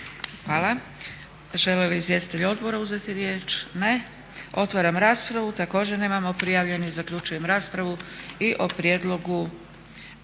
Hvala. Žele li izvjestitelji odbora uzeti riječ? Ne. Otvaram raspravu. Također nemamo prijavljenih. Zaključujem raspravu i o prijedlogu